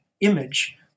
image